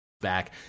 back